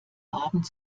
abend